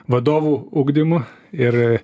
vadovų ugdymu ir